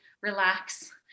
relax